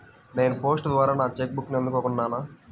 నేను పోస్ట్ ద్వారా నా చెక్ బుక్ని అందుకున్నాను